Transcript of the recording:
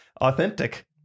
authentic